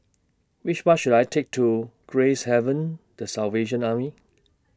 Which Bus should I Take to Gracehaven The Salvation Army